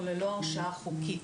או ללא השראה חוקית.